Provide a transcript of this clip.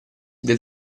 del